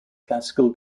classical